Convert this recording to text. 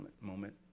moment